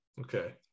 Okay